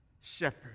shepherd